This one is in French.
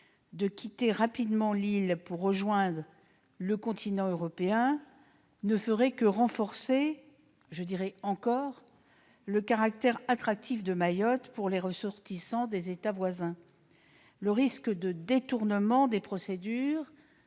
de quitter rapidement l'archipel pour rejoindre le continent européen ne ferait que renforcer le caractère attractif de ce département pour les ressortissants des États voisins. Le risque de détournement des procédures